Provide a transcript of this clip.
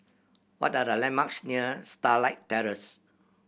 what are the landmarks near Starlight Terrace